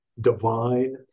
divine